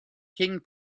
king